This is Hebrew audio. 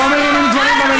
אני אומרת לכם,